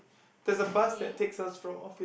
there is a bus that takes us from office